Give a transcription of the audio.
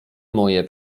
moje